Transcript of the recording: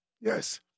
Yes